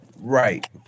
Right